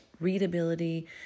readability